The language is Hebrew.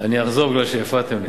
אני אחזור, כי הפרעתם לי.